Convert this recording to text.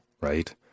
right